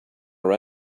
our